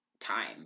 time